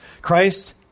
Christ